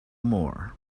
more